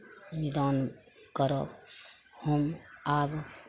निदान करब हम आब